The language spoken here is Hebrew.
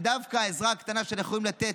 ודווקא העזרה הקטנה שאנחנו יכולים לתת